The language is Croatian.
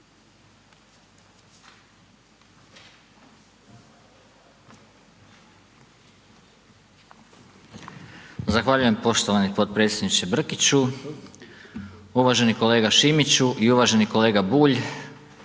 Zahvaljujem poštovani potpredsjedniče Brkiću. Uvaženi kolega Šimiću i uvaženi kolega Bulj,